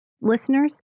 listeners